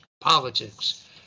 politics